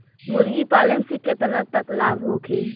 मुर्गी पालन से केतना तक लाभ होखे?